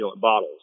bottles